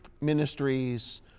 ministries